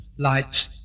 lights